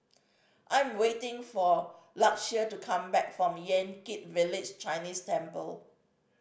I am waiting for Lakeshia to come back from Yan Kit Village Chinese Temple